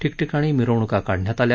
ठिकठिकाणी मिरवणूका काढण्यात आल्या